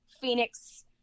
phoenix